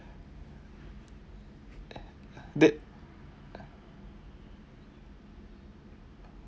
the